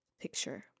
picture